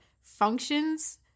functions